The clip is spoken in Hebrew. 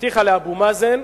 הבטיחה לאבו מאזן,